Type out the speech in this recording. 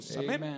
amen